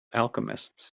alchemists